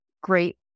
great